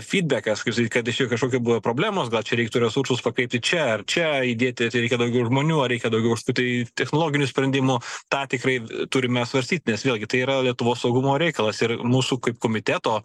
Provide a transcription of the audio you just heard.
fidbekas kaip sakyt kad kažkoki buvo problemos gal reiktų resursus pakreipti čia ar čia įdėti reikia daugiau žmonių ar reikia daugiau apsritai technologinių sprendimų tą tikrai turime svarstyt nes vėlgi tai yra lietuvos saugumo reikalas ir mūsų kaip komiteto